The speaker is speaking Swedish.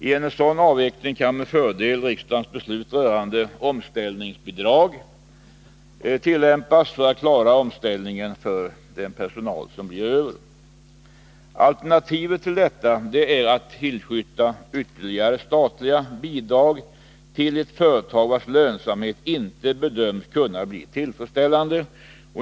I en sådan avveckling kan med fördel riksdagens beslut rörande omställningsbidrag tillämpas för att klara omställningen för överbliven personal. Alternativet till detta är att tillskjuta ytterligare statliga bidrag till ett företag vars lönsamhet inte bedöms kunna bli tillfredsställande.